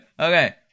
okay